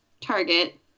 target